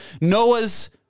Noah's